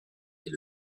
est